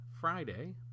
Friday